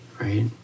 right